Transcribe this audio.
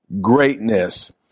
greatness